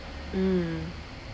mm